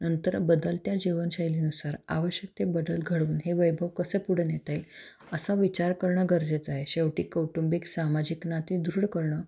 नंतर बदलत्या जीवनशैलीनुसार आवश्यक ते बदल घडवून हे वैभव कसे पुढं नेता येईल असा विचार करणं गरजेचं आहे शेवटी कौटुंबिक सामाजिक नाती दृढ करणं